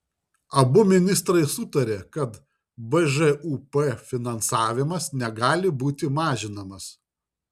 abu ministrai sutarė kad bžūp finansavimas negali būti mažinamas